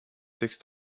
textes